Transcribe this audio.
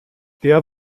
der